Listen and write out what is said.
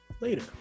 later